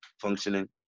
functioning